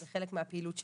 זה חלק מהפעילות שלהם.